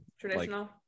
traditional